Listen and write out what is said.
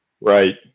right